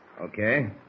Okay